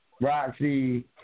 Roxy